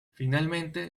finalmente